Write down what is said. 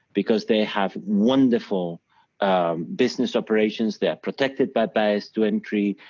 because they have wonderful business operations, they're protected by bias to entry,